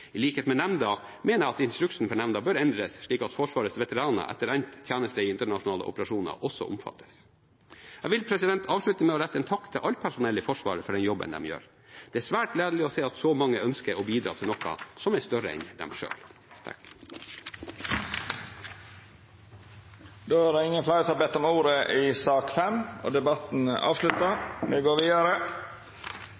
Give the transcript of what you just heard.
I likhet med nemnda mener jeg at instruksen for nemnda bør endres slik at Forsvarets veteraner etter endt tjeneste i internasjonale operasjoner også omfattes. Jeg vil avslutte med å rette en takk til alt personell i Forsvaret for den jobben de gjør. Det er svært gledelig å se at så mange ønsker å bidra til noe som er større enn dem selv. Fleire har ikkje bedt om ordet til sak nr. 6. Presidenten vil føreslå at sakene nr. 7 og 8 vert behandla under eitt. – Det er